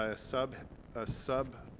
ah sub ah sub